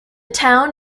town